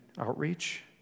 Outreach